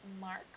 Mark